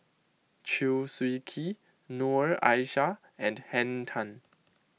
Chew Swee Kee Noor Aishah and Henn Tan